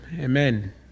Amen